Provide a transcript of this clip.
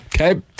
Okay